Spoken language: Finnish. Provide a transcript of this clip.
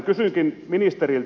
kysynkin ministeriltä